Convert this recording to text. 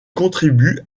contribue